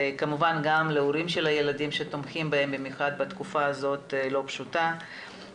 כמובן גם להורים של הילדים שתומכים בהם בתקופה הלא פשוטה הזאת.